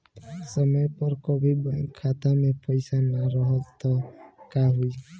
समय पर कभी बैंक खाता मे पईसा ना रहल त का होई?